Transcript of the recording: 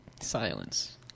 Silence